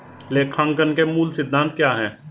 लेखांकन के मूल सिद्धांत क्या हैं?